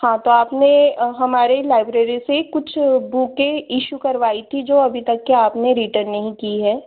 हाँ तो आपने हमारे लाइब्रेरी से कुछ बुकें इशू करवाई थी जो अभी तक के आपने रिटर्न नहीं की है